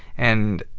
and,